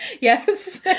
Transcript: Yes